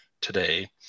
today